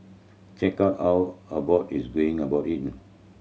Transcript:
check out how Abbott is going about it